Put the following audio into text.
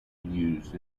used